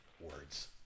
words